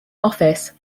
office